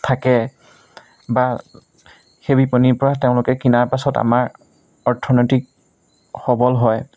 থাকে বা সেই বিপণিৰপৰা তেওঁলোকে কিনাৰ পাছত আমাৰ অৰ্থনৈতিক সবল হয়